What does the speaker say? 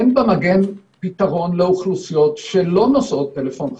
אין במגן פתרון לאוכלוסיות שלא נושאות טלפון חכם,